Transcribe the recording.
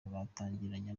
batangiranye